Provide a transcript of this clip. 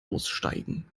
aussteigen